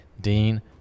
Dean